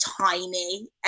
tiny